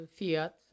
fiat